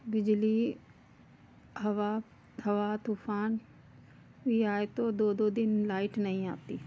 बिजली हवा हवा तूफान ये आए तो दो दो दिन लाइट नहीं आती है